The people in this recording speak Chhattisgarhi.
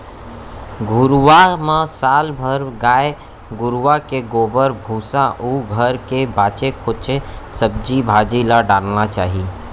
घुरूवा म साल भर गाय गरूवा के गोबर, भूसा अउ घर के बांचे खोंचे सब्जी भाजी ल डारना चाही